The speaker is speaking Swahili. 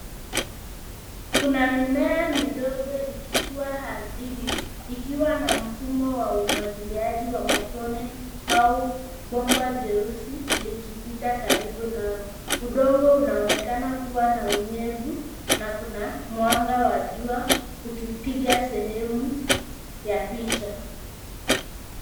Kuna mimea midogo ikikua ardhini ikiwa na mfumo wa umwagiliaji wa matone au bomba jeusi likipita karibu nao. Udongo uanonekana kuwa na unyevu na kuna mwanga wa jua ukipiga sehemu ya picha.